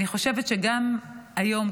אני חושבת שגם היום,